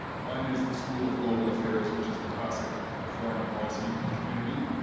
one is the school of global affairs, which is the classic kind of foreign policy community,